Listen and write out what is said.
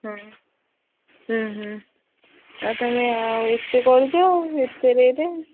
ହଁ ହମ୍ମ ହମ୍ମ ଆଉ ତମେ ଆଉ ଏତେ କରୁଛ ଏତେ ରେଟ୍